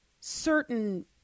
certain